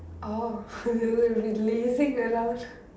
orh we will be lazing around